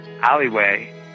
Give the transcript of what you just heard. alleyway